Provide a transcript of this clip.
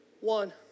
one